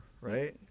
right